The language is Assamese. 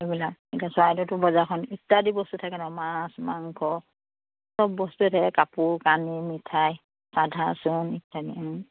সেইবিলাক এতিয়া চৰাইদেউতো বজাৰখন ইত্যাদি বস্তু থাকে ন মাছ মাংস চব বস্তুৱে থাকে কাপোৰ কানি মিঠাই চাধা চুণ ইত্যাদি